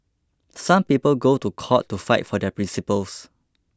some people go to court to fight for their principles